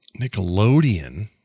Nickelodeon